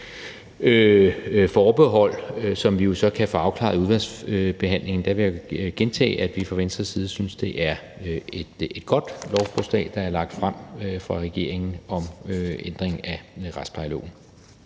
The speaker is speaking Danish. forbehold, som vi jo så kan få afklaret i udvalgsbehandlingen, vil jeg gentage, at vi fra Venstres side synes, at det er et godt lovforslag, der er lagt frem fra regeringen om ændring af retsplejeloven.